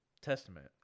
testament